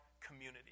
community